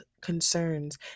concerns